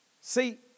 See